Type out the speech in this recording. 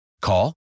Call